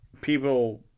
people